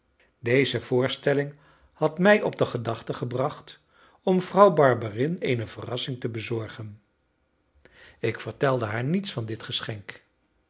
deze voorstelling had mij op de gedachte gebracht om vrouw barberin eene verrassing te bezorgen ik vertelde haar niets van dit geschenk